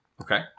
Okay